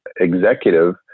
executive